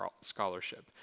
Scholarship